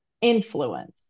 influence